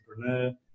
entrepreneur